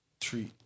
Treat